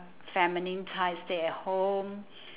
feminine type stay at home